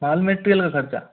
माल material का खर्चा